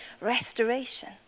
restoration